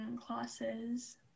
classes